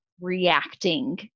reacting